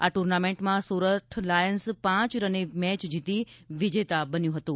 આ ટૂર્નામેન્ટમાં સોરઠ લાયન્સ પાંચ રને મેચ જીતી વિજેતા બન્યું હતું